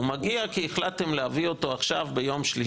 הוא מגיע כי החלטתם להביא אותו עכשיו ביום שלישי.